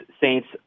Saints